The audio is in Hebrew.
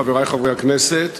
חברי חברי הכנסת,